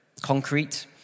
Concrete